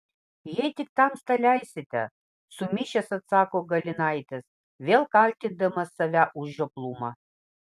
jei tik tamsta leisite sumišęs atsako galinaitis vėl kaltindamas save už žioplumą